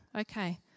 Okay